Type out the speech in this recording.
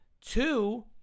Two